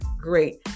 Great